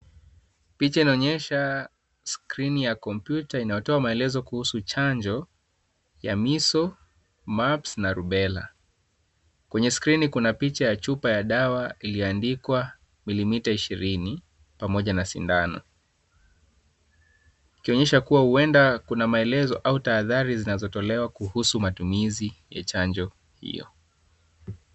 Picha inaonyesha skrini ya kompyuta inayotoa maelezo kuhusu chanjo ya measles, mumps na rubella . Kwenye skrini kuna picha ya chupa ya dawa iliyoandikwa milimita ishirini pamoja na sindano, ikionyesha kuwa huenda Kuna maelezo au tahadhari zinazotolewa kuhusu matumizi ya chanjo hiyo.